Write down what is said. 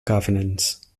governance